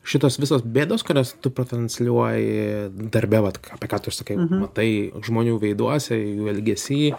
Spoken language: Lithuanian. šitos visos bėdos kurias tu pratransliuoji darbe vat apie ką tu ir sakai matai žmonių veiduose jų elgesy